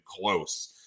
close